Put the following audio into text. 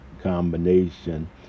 combination